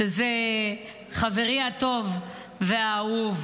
שזה חברי הטוב והאהוב.